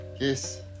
Yes